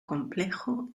complejo